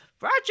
Roger